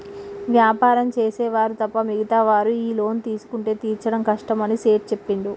వ్యాపారం చేసే వారు తప్ప మిగతా వారు ఈ లోన్ తీసుకుంటే తీర్చడం కష్టమని సేట్ చెప్పిండు